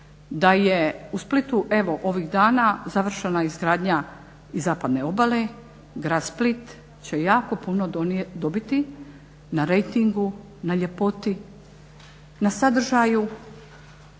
da je u Splitu evo ovih dana završena izgradnja i zapadne obale. Grad Split će jako puno dobiti na rejtingu, na ljepoti, na sadržaju